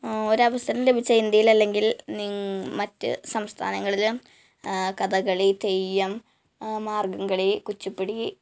ഒരവസരം ലഭിച്ചാല് ഇന്ത്യേയിൽ അല്ലെങ്കിൽ നിങ് മറ്റ് സംസ്ഥാനങ്ങളിലും കഥകളി തെയ്യം മാർഗംകളി കുച്ചിപ്പിടി